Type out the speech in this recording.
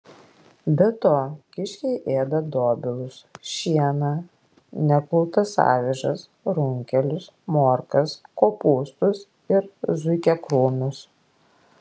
be to kiškiai ėda dobilus šieną nekultas avižas runkelius morkas kopūstus ir zuikiakrūmius